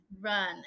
run